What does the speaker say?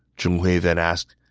zhong hui then asked,